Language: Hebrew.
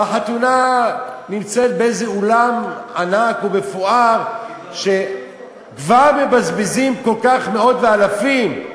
והחתונה נמצאת באיזה אולם ענק ומפואר וכבר מבזבזים הרבה מאות-אלפים,